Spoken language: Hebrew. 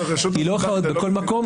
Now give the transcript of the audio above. היא לא יכולה להיות בכל מקום,